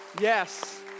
Yes